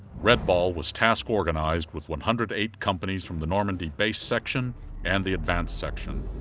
red ball was task organized with one-hundred eight companies from the normandy base section and the advanced section.